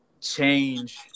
change